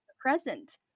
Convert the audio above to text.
present